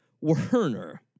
Werner